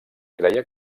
creia